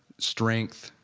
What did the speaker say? strength,